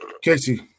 Casey